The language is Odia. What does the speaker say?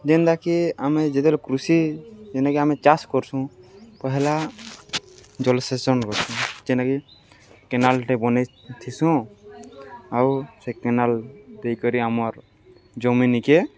ଯେନ୍ତାକି ଆମେ ଯେତେବେଳେ କୃଷି ଜେନ୍ଟାକି ଆମେ ଚାଷ୍ କର୍ସୁଁ ପହେଲା ଜଲସେଚନ୍ କର୍ସୁ ଜେନ୍ଟାକି କେନାଲ୍ଟେ ବନେଇଥିସୁଁ ଆଉ ସେ କେନାଲ୍ ଦେଇକରି ଆମର୍ ଜମିନିକେ